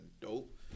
dope